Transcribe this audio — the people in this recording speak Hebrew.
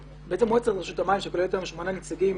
מועצת רשות המים שכוללת היום שמונה נציגים